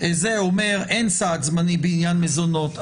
איזה אומר אין סעד זמני בעניין מזונות.